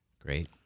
Great